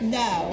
no